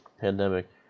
pandemic